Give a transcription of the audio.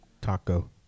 Taco